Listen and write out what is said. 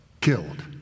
Killed